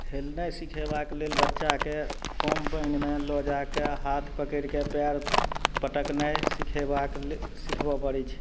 हेलनाय सिखेबाक लेल बच्चाके कम पानिमे लऽ जाके हाथ पकैड़ के पएर पटकनाइ सिखेबाक सीखबऽ पड़ै छै